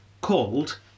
called